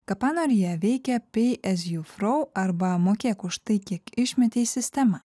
kapanoryje veikia pay as you throw arba mokėk už tai kiek išmeti į sistemą